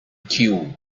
queue